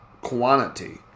quantity